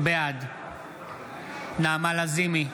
בעד נעמה לזימי,